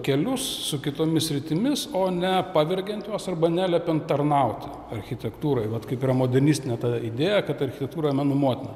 kelius su kitomis sritimis o ne pavergiant juos arba neliepiant tarnauti architektūrai vat kaip yra modernistinė ta idėja kad architektūra mano motina